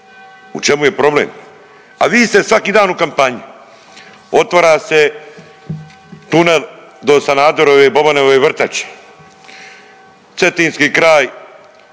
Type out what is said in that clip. U čemu je problem? A vi ste svaki dan u kampanji, otvara se tunel do Sanaderove i Bobanove vrtače, Cetinski kraj